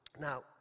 Now